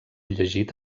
llegit